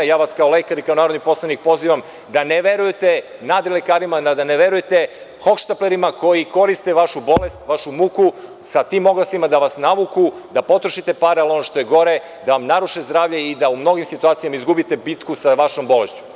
Ja vas kao lekar i kao narodni poslanik, pozivam da ne verujete nadrilekarima, da ne verujete hohštaplerima koji koriste vašu bolest, vašu muku, sa tim oglasima da vas navuku da potrošite pare, ali ono što je gore, da vam naruše zdravlje i da u mnogim situacijama izgubite bitku sa vašom bolešću.